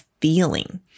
feeling